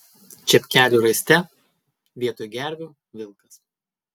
čepkelių raiste vietoj gervių vilkas